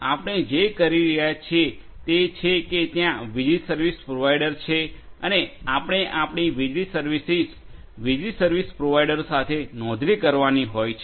તેથી આપણે જે કરી રહ્યા છીએ તે છે કે ત્યાં વીજળી સર્વિસ પ્રોવાઇડર છે અને આપણે આપણી વીજળી સર્વિસીસ વીજળી સર્વિસ પ્રોવાઇડરો સાથે નોંધણી કરવાની હોય છે